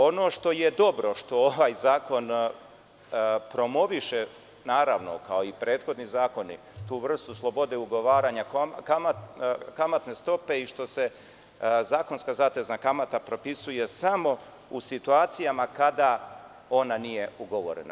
Ono što dobro što ovaj zakon promoviše naravno kao o prethodnih zakoni tu vrstu slobode ugovaranja kamatne stope i što se zakonska zatezna kamata propisuje samo u situacijama kada ona nije ugovorena.